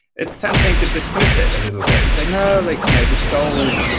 it's tempting to dismiss it a little bit and say no, like you know the soul.